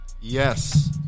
Yes